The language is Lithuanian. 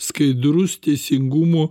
skaidrus teisingumo